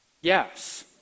yes